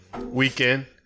weekend